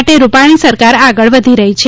માટે રૂપાગ્રી સરકાર આગળ વધી રહી છે